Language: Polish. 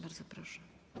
Bardzo proszę.